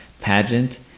pageant